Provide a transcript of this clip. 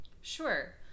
Sure